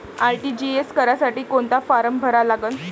RTGS करासाठी कोंता form भरा लागन?